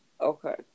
Okay